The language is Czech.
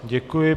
Děkuji.